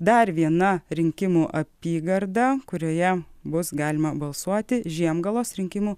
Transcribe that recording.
dar viena rinkimų apygarda kurioje bus galima balsuoti žiemgalos rinkimų